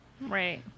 Right